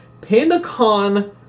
Pandacon